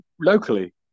locally